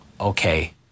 okay